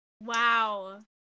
Wow